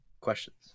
Questions